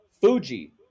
Fuji